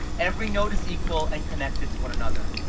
every node is equal and connected to one another.